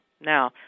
Now